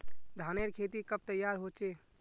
धानेर खेती कब तैयार होचे?